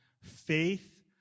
faith